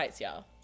y'all